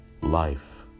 life